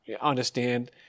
understand